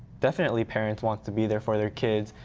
definitely parents want to be there for their kids.